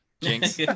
Jinx